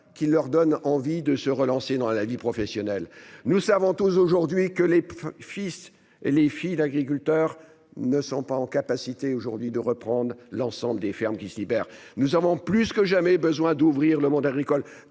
qui leur donne envie de se relancer dans la vie professionnelle. Nous savons aujourd'hui que les fils et les filles d'agriculteurs ne sont pas en capacité aujourd'hui de reprendre l'ensemble des fermes qui se libère. Nous avons plus que jamais besoin d'ouvrir le monde agricole,